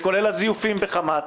כולל הזיופים בחמת.